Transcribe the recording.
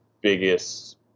biggest